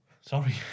Sorry